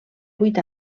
vuit